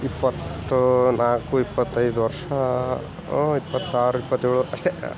ಇಪ್ಪತ್ತು ನಾಲ್ಕು ಇಪ್ಪತ್ತೈದು ವರ್ಷ ಇಪ್ಪತ್ತಾರು ಇಪ್ಪತ್ತೇಳು ಅಷ್ಟೇ